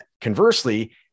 conversely